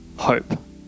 Hope